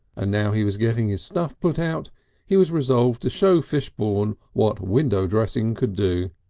and now he was getting his stuff put out he was resolved to show fishbourne what window dressing could do.